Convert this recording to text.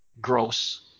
gross